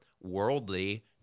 worldly